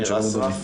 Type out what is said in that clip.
מר מאיר אסרף.